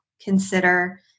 consider